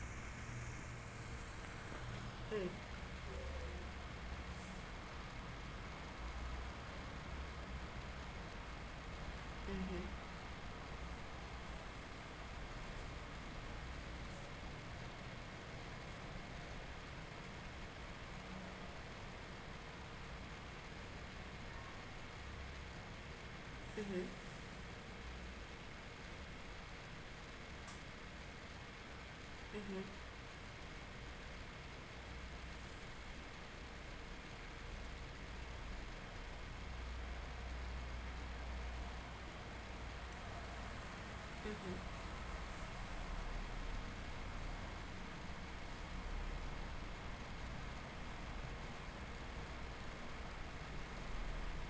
mm mm mm mm mm